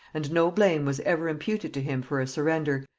and no blame was ever imputed to him for a surrender,